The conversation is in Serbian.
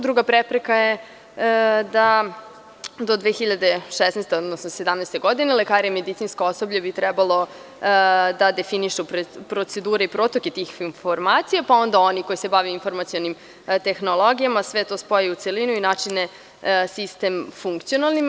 Druga prepreka je da do 2017. godine lekari i medicinsko osoblje bi trebalo da definišu procedure i protoke tih informacija, pa onda oni koji se bave informacionim tehnologijama sve to spoje u celinu i načine sistem funkcionalnim.